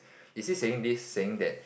is he saying this saying that